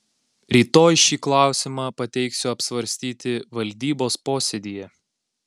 rytoj šį klausimą pateiksiu apsvarstyti valdybos posėdyje